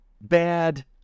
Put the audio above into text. bad